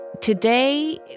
today